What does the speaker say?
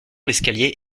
l’escalier